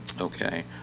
Okay